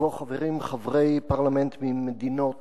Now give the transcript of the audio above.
ובו חברים חברי פרלמנט ממדינות